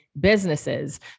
businesses